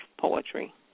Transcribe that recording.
poetry